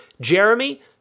Jeremy